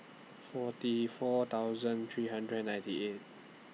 forty four thousand three hundred and ninety eight